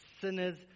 sinners